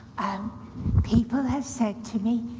um people have said to me,